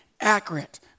accurate